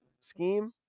scheme